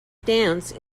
dance